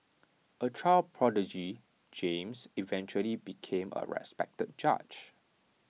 A child prodigy James eventually became A respected judge